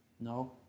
No